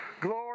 Glory